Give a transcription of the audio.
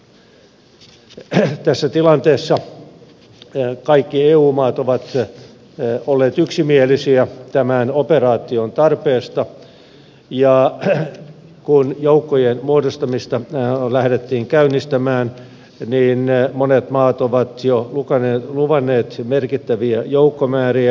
tässä tilanteessa kaikki eu maat ovat olleet yksimielisiä tämän operaation tarpeesta ja kun joukkojen muodostamista lähdettiin käynnistämään niin monet maat ovat jo luvanneet merkittäviä joukkomääriä